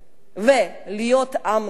ולהיות עם נבחר